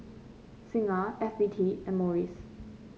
Singha F B T and Morries